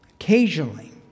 Occasionally